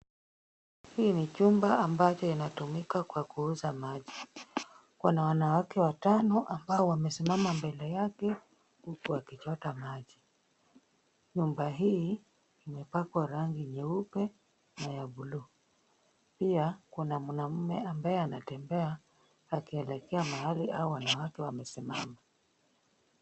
Hii ni chumba ambacho inatumika kwa kuuza maji. Kuna wanawake watano ambao wamesimama mbele yake huku wakichota maji. Nyumba hii imepakwa rangi nyeupe na ya buluu. Pia kuna mwanaume ambaye anatembea akielekea mahali ambapo hao wanawake wamesimama.